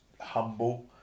humble